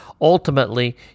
ultimately